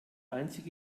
einzige